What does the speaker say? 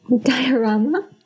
diorama